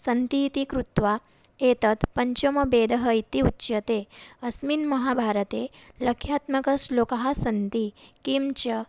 सन्तीति कृत्वा एतत् पञ्चमवेदः इति उच्यते अस्मिन् महाभारते लक्षात्मकश्लोकाः सन्ति किं च